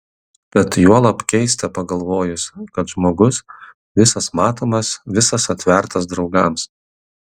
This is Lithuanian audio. tad juolab keista pagalvojus kad žmogus visas matomas visas atvertas draugams